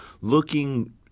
looking